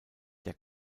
der